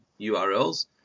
URLs